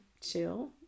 chill